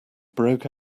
broke